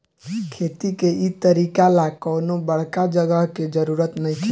खेती के इ तरीका ला कवनो बड़का जगह के जरुरत नइखे